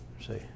see